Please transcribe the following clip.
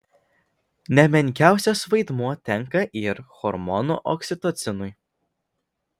ne menkiausias vaidmuo tenka ir hormonui oksitocinui